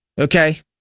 Okay